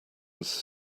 was